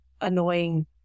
annoying